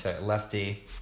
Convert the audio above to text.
lefty